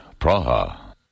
Praha